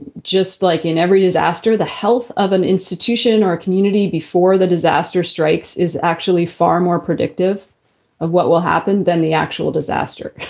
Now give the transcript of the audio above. just like in every disaster, the health of an institution or a community before the disaster strikes is actually far more predictive of what will happen than the actual disaster.